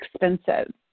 expensive